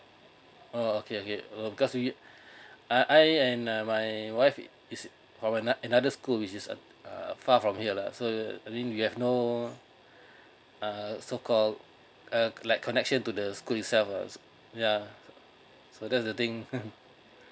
oh okay okay uh because we I I and uh my wife it is from anot~ another school which is uh far from here lah so uh I think we have no uh so call uh like connection to the school itself uh yeah so that's the thing